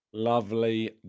Lovely